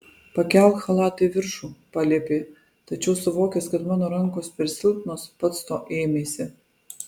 pakelk chalatą į viršų paliepė tačiau suvokęs kad mano rankos per silpnos pats to ėmėsi